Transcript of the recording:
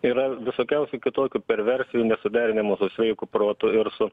yra visokiausių kitokių perversijų nesuderinimų su sveiku protu ir su